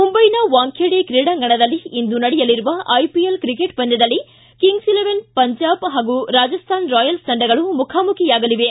ಮುಂದೈನ ವಾಂಖೇಡೆ ಕ್ರೀಡಾಂಗಣದಲ್ಲಿ ಇಂದು ನಡೆಯಲಿರುವ ಐಪಿಎಲ್ ಕ್ರಿಕೆಟ್ ಪಂದ್ಯದಲ್ಲಿ ಕಿಂಗ್ಸ್ ಪಂಜಾಬ್ ಹಾಗೂ ರಾಜಸ್ಥಾನ ರಾಯಲ್ಸ್ ತಂಡಗಳು ಮುಖಮುಖಿಯಾಗಲಿವೆ